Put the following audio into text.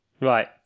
Right